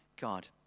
God